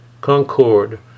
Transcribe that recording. concord